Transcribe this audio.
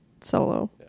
solo